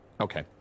Okay